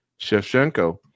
Shevchenko